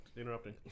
interrupting